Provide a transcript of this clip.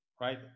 right